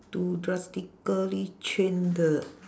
to drastically change the